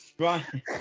right